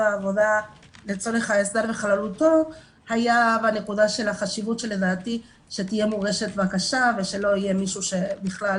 העבודה היה בנקודה של החשיבות שתהיה מוגשת בקשה ושלא יהיה מישהו שבכלל